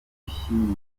gushyingirwa